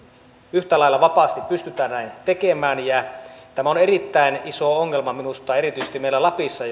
yhtä lailla vapaasti pystytä näin tekemään tämä on erittäin iso ongelma minusta erityisesti meillä lapissa